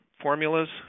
formulas